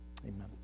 amen